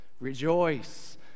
Rejoice